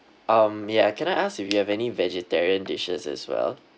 um ya can I ask if you have any vegetarian dishes as well